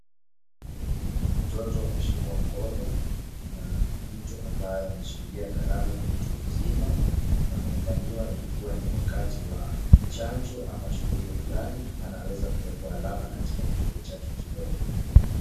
Mtoto ameshikwa mkono na mtu ambaye ameshikilia kalamu ni mtu mzima, inaonekaniwa ilikuwa ni wakati wa chanjo ama shu𝑔huli fulani anaweza kueka alama katika kidole chake kidogo.